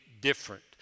different